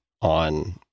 on